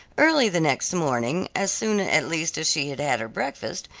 early the next morning as soon at least as she had had her breakfast,